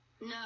no